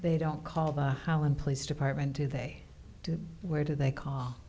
they don't call the holland place department do they do where do they call